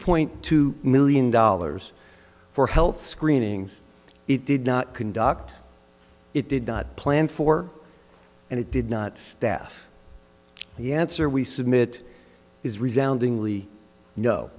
point two million dollars for health screenings it did not conduct it did not plan for and it did not staff the answer we submit is